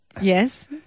Yes